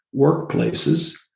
workplaces